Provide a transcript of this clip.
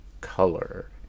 color